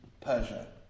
Persia